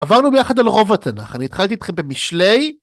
עברנו ביחד על רוב התנ"ך, אני התחלתי איתכם במשלי.